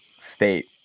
state